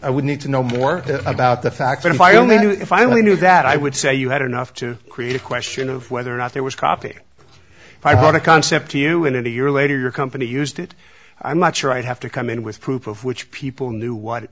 i would need to know more about the fact that if i only knew if i only knew that i would say you had enough to create a question of whether or not there was copy i bought a concept to you in a year later your company used it i'm not sure i'd have to come in with proof of which people knew what